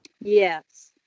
Yes